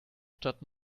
stadt